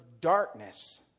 darkness